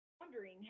Wondering